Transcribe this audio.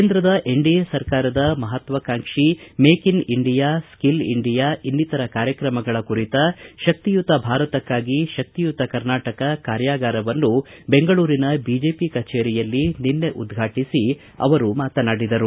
ಕೇಂದ್ರದ ಎನ್ಡಿಎ ಸರ್ಕಾರದ ಮಹತ್ವಾಕಾಂಕ್ಷ make in India skill India ಇನ್ನಿತರ ಕಾರ್ಯಕ್ರಮಗಳ ಕುರಿತ ಶಕ್ತಿಯುತ ಭಾರತಕ್ಕಾಗಿ ಶಕ್ತಿಯುತ ಕರ್ನಾಟಕ ಕಾರ್ಯಾಗಾರವನ್ನು ಬೆಂಗಳೂರಿನ ಬಿಜೆಪಿ ಕಚೇರಿಯಲ್ಲಿ ಉದ್ಘಾಟಿಸಿ ಅವರು ಮಾತನಾಡಿದರು